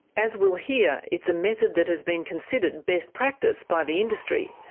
as we'll hear, it's a method that has been considered best practice by the industry,